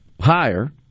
higher